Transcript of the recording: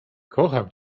kocham